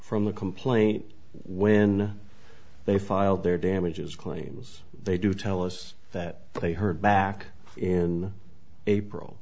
from the complaint when they filed their damages claims they do tell us that they heard back in april